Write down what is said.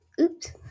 Oops